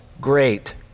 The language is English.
great